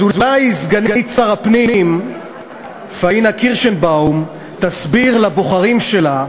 אז אולי סגנית שר הפנים פניה קירשנבאום תסביר לבוחרים שלה,